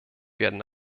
werden